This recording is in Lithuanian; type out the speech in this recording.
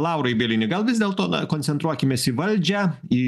laurai bielini gal vis dėlto na koncentruokimės į valdžią į